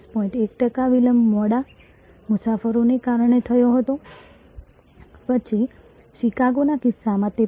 1 ટકા વિલંબ મોડા મુસાફરોને કારણે થયો હતો પછી શિકાગોના કિસ્સામાં 53